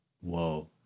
Whoa